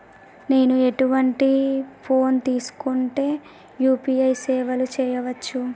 నేను ఎటువంటి ఫోన్ తీసుకుంటే యూ.పీ.ఐ సేవలు చేయవచ్చు?